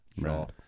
Right